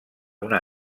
una